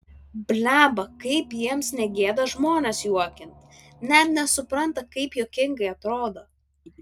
blemba kaip jiems negėda žmones juokint net nesupranta kaip juokingai atrodo